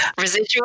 residual